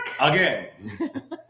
again